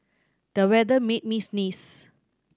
the weather made me sneeze